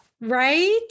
Right